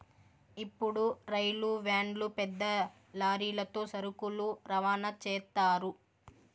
ఇప్పుడు రైలు వ్యాన్లు పెద్ద లారీలతో సరుకులు రవాణా చేత్తారు